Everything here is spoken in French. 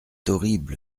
horrible